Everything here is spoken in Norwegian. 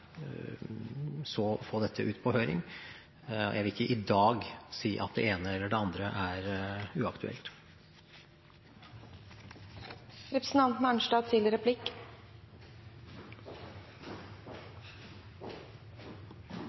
så få dette ut på høring. Jeg vil ikke i dag si at det ene eller det andre er